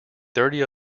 thirty